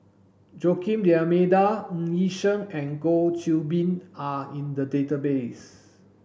Joaquim D'almeida Ng Yi Sheng and Goh Qiu Bin are in the database